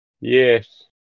Yes